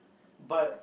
but